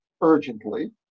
urgently